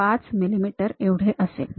५ मिमी एवढे असेल